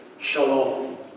shalom